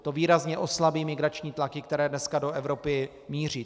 To výrazně oslabí migrační tlaky, které dneska do Evropy míří.